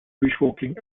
bushwalking